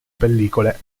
pellicole